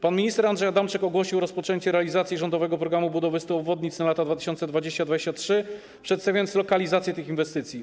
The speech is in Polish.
Pan minister Andrzej Adamczyk ogłosił rozpoczęcie realizacji rządowego „Programu budowy 100 obwodnic na lata 2020-2030”, przedstawiając lokalizację tych inwestycji.